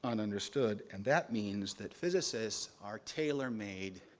ah ununderstood. and that means that physicists are tailor-made